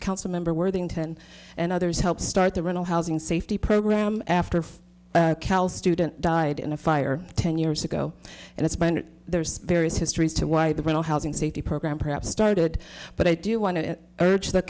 council member worthington and others helped start the rental housing safety program after cal student died in a fire ten years ago and it's there's various history as to why the rental housing safety program perhaps started but i do want to urge t